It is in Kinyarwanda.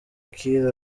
kiir